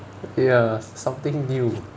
ya something new